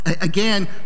Again